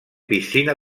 piscina